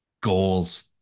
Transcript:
Goals